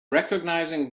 recognizing